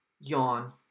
Yawn